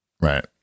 Right